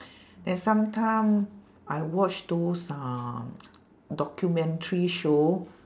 then sometime I watch those um documentary show